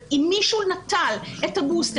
אם מישהו נטל את הבוסטר,